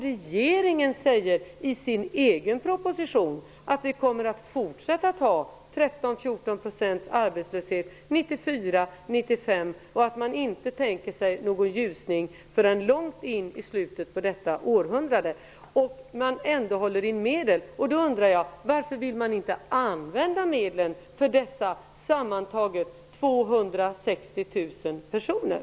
Regeringen säger i sin proposition att vi kommer att fortsätta att ha 13 à 14 % arbetslösa 1994 och 1995, och att man inte tänker sig någon ljusning förrän långt in i slutet av detta århundrade. Ändå håller man inne medel. Varför vill man inte använda medlen för dessa sammanlagt 260 000 personer?